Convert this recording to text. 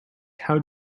how